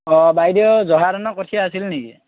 অ বাইদেউ জহা ধানৰ কঠীয়া আছিল নেকি